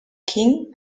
king